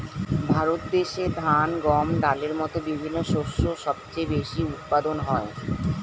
ভারত দেশে ধান, গম, ডালের মতো বিভিন্ন শস্য সবচেয়ে বেশি উৎপাদন হয়